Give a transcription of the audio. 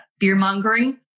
fear-mongering